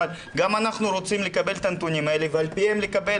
אבל גם אנחנו רוצים לקבל את הנתונים האלה ועל פיהם לקבל